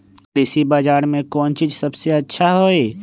कृषि बजार में कौन चीज सबसे अच्छा होई?